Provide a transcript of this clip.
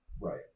right